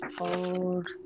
old